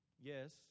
Yes